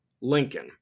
lincoln